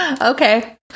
okay